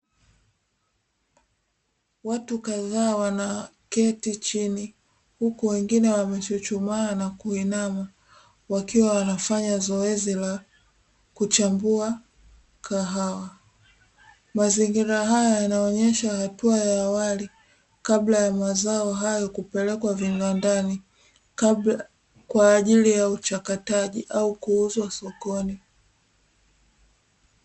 Watu kadhaa wanaketi chini, huku wengine wamechuchumaa na kuinama, wakiwa wanafanya zoezi la kuchambua kahawa. Mazingira hayo yanaonyesha hatua ya awali, kabla ya mazao hayo kupelekwa viwandani, kwa ajili ya uchakataji au kuuzwa sokoni.